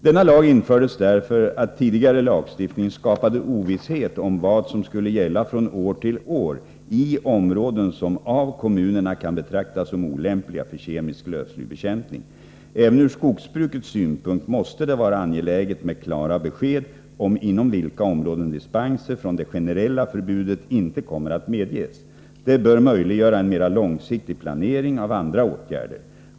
Denna lag infördes därför att tidigare lagstiftning skapade ovisshet om vad som skulle gälla från år till år i områden som av kommunerna kan betraktas som olämpliga för kemisk lövslybekämpning. Även ur skogsbrukets synpunkt måste det vara angeläget med klara besked om inom vilka områden dispenser från det generella förbudet inte kommer att medges. Det bör möjliggöra en mera långsiktig planering av andra åtgärder.